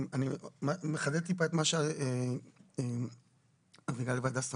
אני מחדד טיפה את מה שאביגיל והדס אמרו.